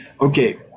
okay